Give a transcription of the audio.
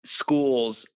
schools